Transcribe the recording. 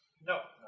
no